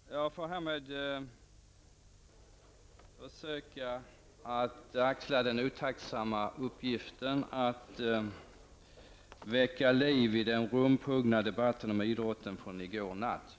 Herr talman! Jag får härmed försöka att axla den otacksamma uppgiften att väcka liv i den rumphuggna debatten om idrotten från i går natt.